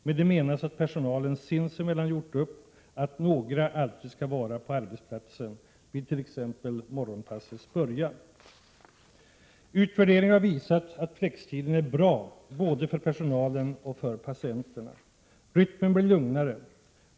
Med det menas att personalen sinsemellan gjort upp att några alltid skall vara på arbetsplatsen vid t.ex. morgonpassets början. Utvärderingen har visat att flextiden är bra både för personalen och för patienterna. Rytmen blir lugnare.